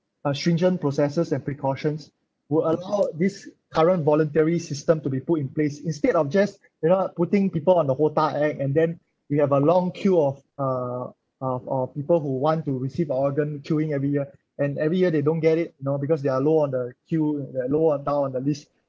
uh stringent processes and precautions will allow this current voluntary system to be put in place instead of just you know putting people on the HOTA act and then we have a long queue of uh of uh people who want to receive organ queueing every year and every year they don't get it know because they are low on the queue they are lower down on the list